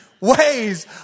ways